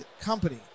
Company